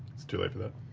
it's too late for that.